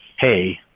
hey